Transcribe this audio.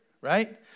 Right